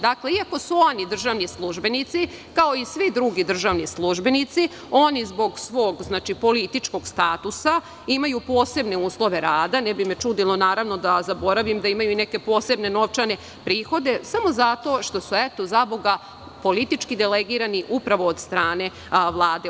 Dakle, iako su oni državni službenici, kao i svi drugi državni službenici, oni zbog svog političkog statusa imaju posebne uslove rada, ne bi me čudilo naravno da zaboravim da imaju neke posebne novčane prihode, samo zato što su eto zaboga politički delegirani upravo od strane Vlade.